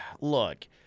look –